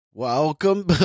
Welcome